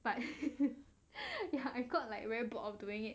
but I got like very bored of doing it